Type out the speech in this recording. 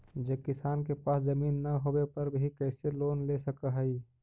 जे किसान के पास जमीन न होवे पर भी कैसे लोन ले सक हइ?